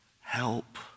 help